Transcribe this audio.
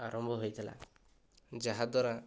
ଆରମ୍ଭ ହୋଇଥିଲା ଯାହାଦ୍ୱାରା